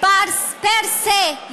פר סה.